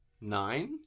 Nine